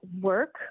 work